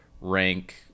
rank